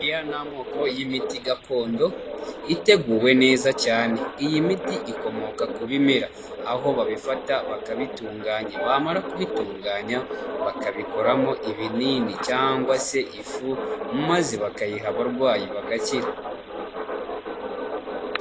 Aya ni amoko y'imiti gakondo, iteguwe neza cyane, iyi miti ikomoka ku bimera, aho babifata bakabitunganya, bamara kubitunganya bakabikoramo ibinini cyangwa se ifu maze bakayiha abarwayi bagakira.